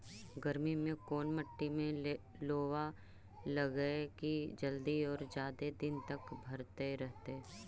गर्मी में कोन मट्टी में लोबा लगियै कि जल्दी और जादे दिन तक भरतै रहतै?